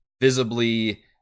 visibly